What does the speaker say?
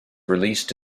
released